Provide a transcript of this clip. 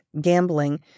gambling